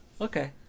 Okay